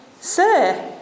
Sir